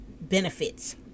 benefits